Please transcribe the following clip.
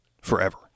forever